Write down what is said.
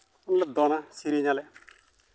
ᱩᱱᱞᱮ ᱫᱚᱱᱟ ᱥᱮᱨᱮᱧ ᱟᱞᱮ